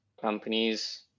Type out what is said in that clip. companies